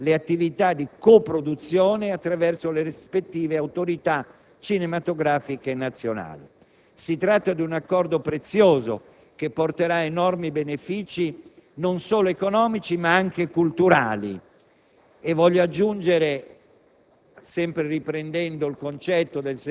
accordo incoraggerà, sosterrà e diffonderà le attività di coproduzione attraverso le rispettive autorità cinematografiche nazionali. È un accordo prezioso, che porterà enormi benefici non solo economici, ma anche culturali.